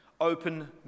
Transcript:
open